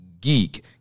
geek